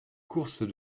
courses